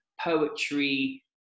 poetry